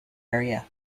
area